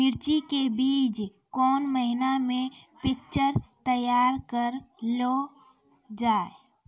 मिर्ची के बीज कौन महीना मे पिक्चर तैयार करऽ लो जा?